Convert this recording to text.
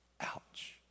Ouch